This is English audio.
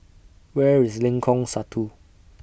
Where IS Lengkong Satu